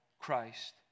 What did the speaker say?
Christ